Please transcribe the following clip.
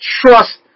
trust